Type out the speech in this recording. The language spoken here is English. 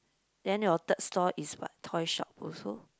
then your third store is what toy shop also